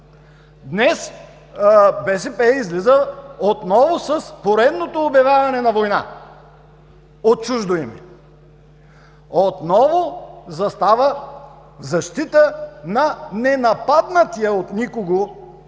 Днес БСП излиза отново с поредното обявяване на война от чуждо име. Отново застава в защита на ненападнатия от никого